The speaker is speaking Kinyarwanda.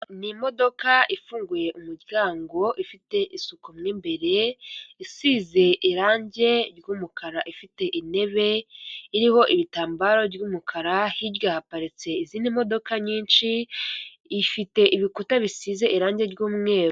N'imodoka ifunguye umuryango ifite isuku m'imbere isize irangi ry'umukara ifite intebe iriho ibitambaro by'umukara hirya haparitse izindi modoka nyinshi zifite ibikuta bisize irangi ry'umweru.